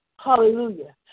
Hallelujah